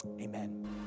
Amen